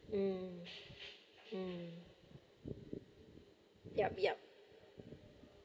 mm yup yup